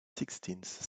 sixteenth